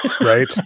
Right